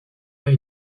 pas